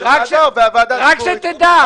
רק שתדע,